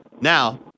Now